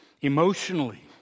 Emotionally